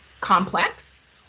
complex